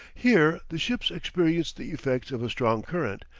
here the ships experienced the effects of a strong current,